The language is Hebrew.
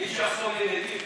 מי שיחסום לי נתיב